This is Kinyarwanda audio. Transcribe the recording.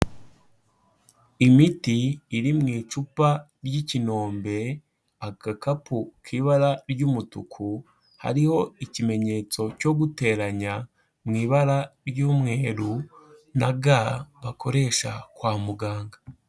Imiti iri mu icupa ry'ikinombe, agakapu k'ibara ry'umutuku, hariho ikimenyetso cyo guteranya mu ibara ry'umweru na ga bakoresha kwa muganga.